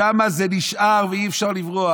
שם זה נשאר ואי-אפשר לברוח.